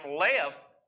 left